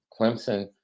Clemson